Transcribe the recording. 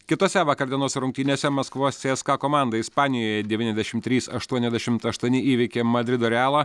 kitose vakar dienos rungtynėse maskvos cska komanda ispanijoje devyniasdešimt trys aštuoniasdešimt aštuoni įveikė madrido realą